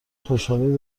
خوشحالی